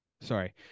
Sorry